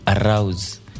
arouse